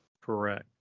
Correct